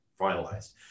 finalized